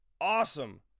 awesome